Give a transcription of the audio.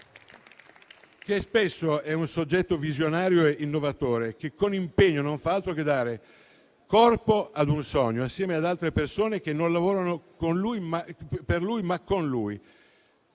è un soggetto visionario e innovatore che, con impegno, non fa altro che dare corpo a un sogno, assieme ad altre persone che lavorano non per lui, ma con lui.